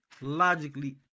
logically